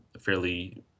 fairly